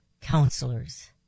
counselors